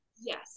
Yes